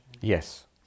Yes